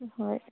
ꯍꯣꯏ